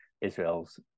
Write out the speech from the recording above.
Israel's